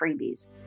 freebies